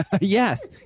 Yes